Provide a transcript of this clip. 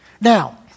Now